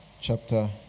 chapter